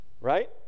Right